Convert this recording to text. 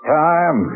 time